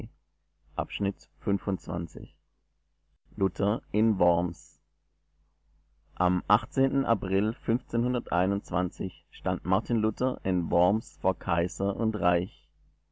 volks-zeitung april luther in worms am april stand martin luther in worms vor kaiser und reich